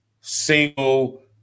single